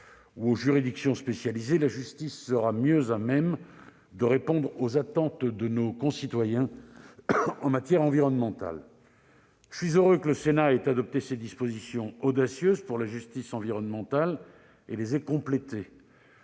ou les juridictions spécialisées, la justice sera mieux à même de répondre aux attentes de nos concitoyens en matière environnementale. Je suis heureux que le Sénat ait adopté ces dispositions audacieuses pour la justice environnementale et les ait complétées.